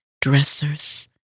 dressers